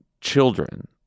children